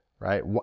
right